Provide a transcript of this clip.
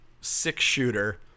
six-shooter